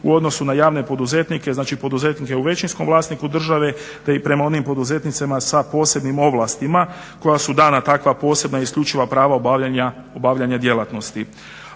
u odnosu na javne poduzetnike, znači poduzetnike u većinskom vlasništvu države te i prema poduzetnicima sa posebnim ovlastima koja su dana takva posebna i isključiva prava obavljanja djelatnosti.